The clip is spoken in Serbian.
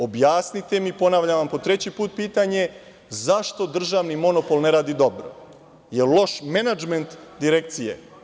Objasnite mi, ponavljam po treći put pitanje – zašto državni monopol ne radi dobro, jel loš menadžment direkcije?